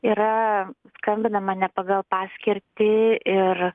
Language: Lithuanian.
yra skambinama ne pagal paskirtį ir